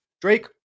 Drake